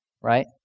right